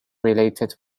related